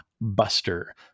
buster